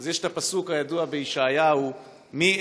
אז יש את הפסוק הידוע בישעיהו: "מי